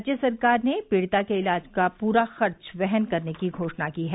राज्य सरकार ने पीड़िता के इलाज का पूरा खर्च वहन करने की घोषणा की है